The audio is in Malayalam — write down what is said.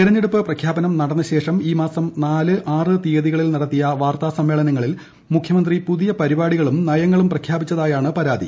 തിരഞ്ഞെടുപ്പ് പ്രഖ്യാപനം നടന്ന ശേഷം ഈ മാസം നാല് ആറ് തീയതികളിൽ നടത്തിയ വാർത്താ സമ്മേളനങ്ങളിൽ മുഖ്യമന്ത്രി പുതിയ പരിപാടികളും നയങ്ങളും പ്രഖ്യാപിച്ചതായാണ് പരാതി